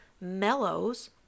mellows